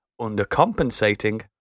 undercompensating